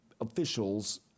officials